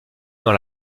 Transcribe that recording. dans